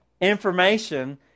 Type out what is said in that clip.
information